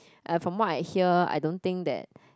and from what I hear I don't think that